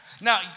Now